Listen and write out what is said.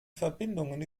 verbindungen